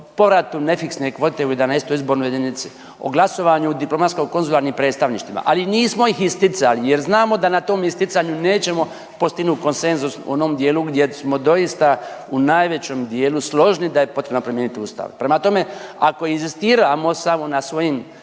povratu nefiksne kvote XI. izbornoj jedinici, o glasovanju u diplomatsko konzularnim predstavništvima, ali nismo ih isticali jer znamo da na tom isticanju nećemo postignuti konsenzus u onom dijelu gdje smo doista u najvećem dijelu složni da je potrebno promijeniti ustav. Prema tome, ako inzistiramo samo na svojim